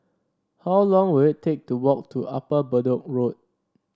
how long will it take to walk to Upper Bedok Road